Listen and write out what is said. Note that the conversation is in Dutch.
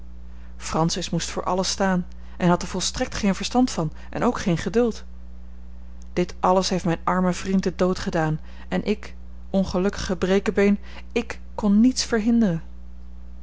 francis moest voor alles staan en had er volstrekt geen verstand van en ook geen geduld dit alles heeft mijn armen vriend den dood gedaan en ik ongelukkige brekebeen ik kon niets verhinderen